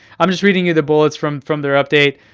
i'm just reading you the bullets from from their update.